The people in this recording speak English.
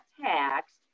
taxed